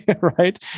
right